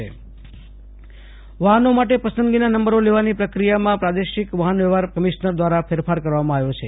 આશુતોષ અંતાણી ભુજ પસંદગીના વાહન નંબરો વાફનો માટે પસંદગીના નંબરો લેવાની પ્રક્રિયામાં પ્રાદેશિક વાફન વ્યવફાર કમિશ્નર વ્રારા ફેરફાર કરવામાં આવ્યો છે